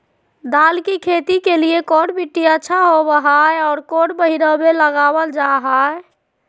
दाल की खेती के लिए कौन मिट्टी अच्छा होबो हाय और कौन महीना में लगाबल जा हाय?